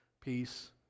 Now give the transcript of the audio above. peace